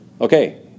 Okay